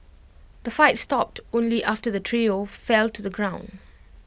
the fight stopped only after the trio fell to the ground